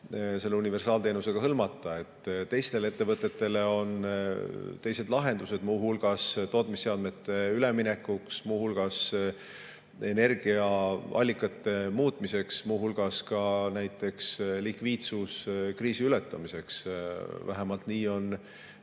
saame universaalteenusega hõlmata. Teistele ettevõtetele on teised lahendused, muu hulgas tootmisseadmete üleminekuks, muu hulgas energiaallikate muutmiseks, muu hulgas näiteks likviidsuskriisi ületamiseks. Vähemalt nii on